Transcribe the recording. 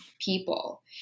people